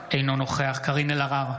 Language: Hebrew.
אינו נוכח קארין אלהרר,